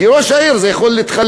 כי ראש העיר יכול להתחלף,